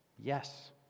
Yes